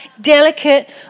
delicate